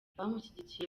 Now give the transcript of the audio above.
abamushyigikiye